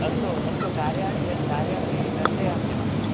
अस्तु अस्तु कार्याणि कार्याणि दर्शयाम्यहम्